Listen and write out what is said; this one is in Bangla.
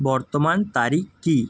বর্তমান তারিখ কী